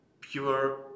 pure